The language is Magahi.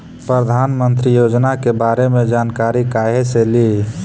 प्रधानमंत्री योजना के बारे मे जानकारी काहे से ली?